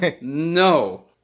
No